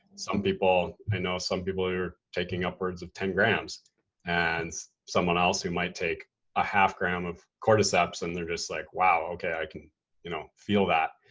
some people, i know some people who are taking upwards of ten grams and someone else who might take a half gram of cordyceps and they're just like, wow, okay, i can you know feel that.